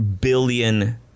billion